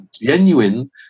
genuine